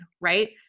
right